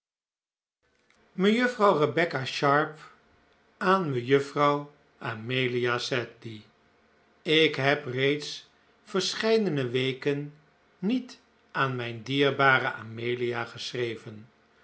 rebecca sharp aan mejuffrouw amelia sedley ik heb reeds verscheidene weken niet aan mijn dierbare amelia geschreven